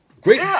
great